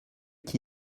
qui